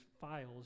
files